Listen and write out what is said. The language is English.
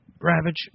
Ravage